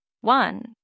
One